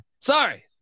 Sorry